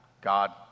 God